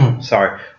sorry